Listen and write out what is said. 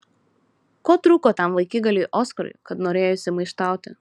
ko trūko tam vaikigaliui oskarui kad norėjosi maištauti